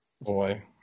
boy